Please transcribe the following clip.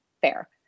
fair